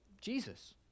Jesus